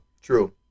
true